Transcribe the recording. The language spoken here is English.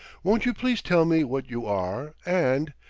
won't you please tell me what you are and.